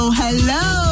hello